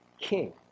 king